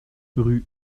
rue